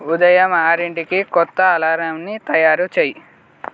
ఉదయం ఆరింటికి కొత్త అలారంని తయారు చెయ్యి